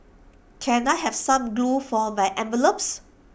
can I have some glue for my envelopes